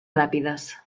ràpides